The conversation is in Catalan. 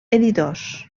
editors